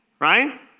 right